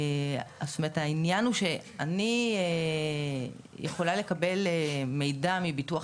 העניין הוא שאני יכולה לקבל מידע מביטוח